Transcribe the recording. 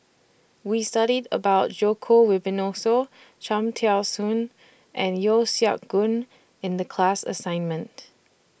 We studied about Djoko Wibisono Cham Tao Soon and Yeo Siak Goon in The class assignment